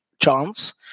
chance